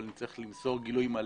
אבל אני צריך למסור גילוי מלא,